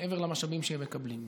מעבר למשאבים שהם מקבלים.